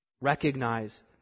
Recognize